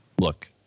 Look